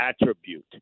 attribute